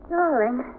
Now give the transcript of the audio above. Darling